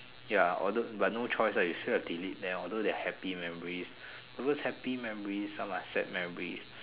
ya although but no choice ah you still have to delete them although they are happy memories all those happy memories some are sad memories